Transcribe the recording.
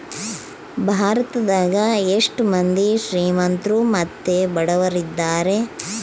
ಭಾರತದಗ ಎಷ್ಟ ಮಂದಿ ಶ್ರೀಮಂತ್ರು ಮತ್ತೆ ಬಡವರಿದ್ದಾರೆ?